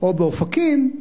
או באופקים,